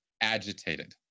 agitated